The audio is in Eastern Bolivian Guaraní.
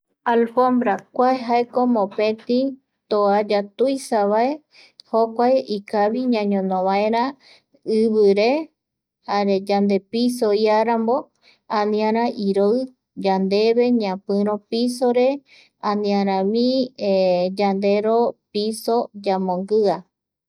Alfombra kua jaeko mopeti toaya tuisavae jokua ikavi ñañono vaera ivire jare yandepiso iarambo aniara iroi yandeve ñapiro pisor aniara vi yandero piso yamonguia